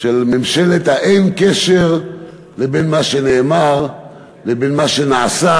של ממשלת האין-קשר בין מה שנאמר לבין מה שנעשה